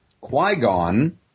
Qui-Gon